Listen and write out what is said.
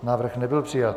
Návrh nebyl přijat.